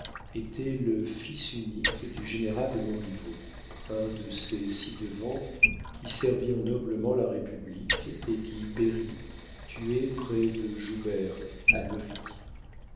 était le fils unique du général de montriveau un de ces ci-devant qui servirent noblement la république et qui périt tué près de joubert à